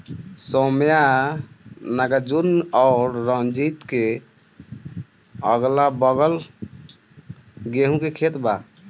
सौम्या नागार्जुन और रंजीत के अगलाबगल गेंहू के खेत बा